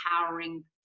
empowering